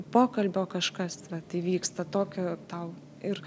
pokalbio kažkas vat įvyksta tokio tau ir